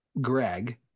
Greg